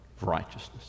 righteousness